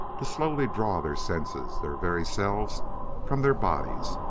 to slowly draw their senses their very selves from their bodies,